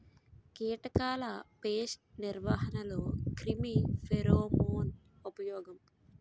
కీటకాల పేస్ట్ నిర్వహణలో క్రిమి ఫెరోమోన్ ఉపయోగం